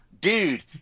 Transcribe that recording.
dude